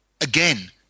again